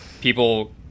people